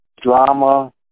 drama